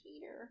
Peter